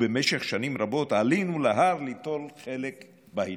ובמשך שנים רבות עלינו להר ליטול חלק בהילולה.